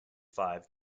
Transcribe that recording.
five